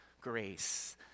grace